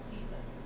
Jesus